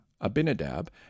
Abinadab